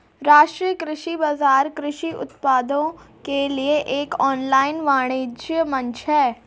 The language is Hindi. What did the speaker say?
राष्ट्रीय कृषि बाजार कृषि उत्पादों के लिए एक ऑनलाइन वाणिज्य मंच है